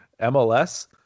MLS